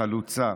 חלוצה,